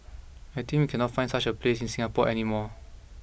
I think we cannot find such a place in Singapore any more